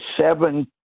seven